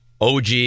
OG